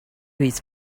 his